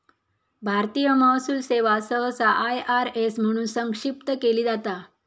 भारतीय महसूल सेवा सहसा आय.आर.एस म्हणून संक्षिप्त केली जाता